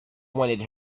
wanted